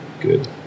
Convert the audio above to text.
good